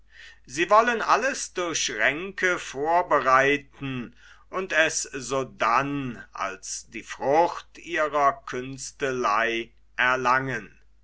sie wollen alles durch ränke vorbereiten und es sodann als die frucht ihrer künstelei erlangen